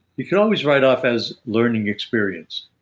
you could always write off as learning experience,